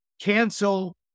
cancel